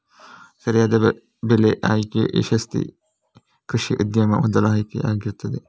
ಸರಿಯಾದ ಬೆಳೆ ಆಯ್ಕೆಯು ಯಶಸ್ವೀ ಕೃಷಿ ಉದ್ಯಮದ ಮೊದಲ ಆಯ್ಕೆ ಆಗಿರ್ತದೆ